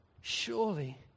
Surely